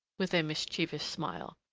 with a mischievous smile.